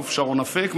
האלוף שרון אפק,